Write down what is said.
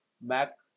mac